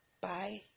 Bye